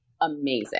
amazing